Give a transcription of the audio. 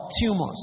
tumors